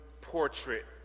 portrait